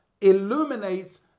illuminates